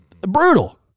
Brutal